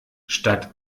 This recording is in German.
statt